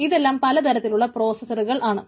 ഇതെല്ലാം പലതരത്തിലുള്ള പ്രോസസറുകൾ ആണ്